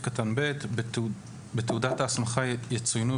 (ב)בתעודת ההסמכה יצוינו,